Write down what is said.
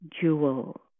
jewel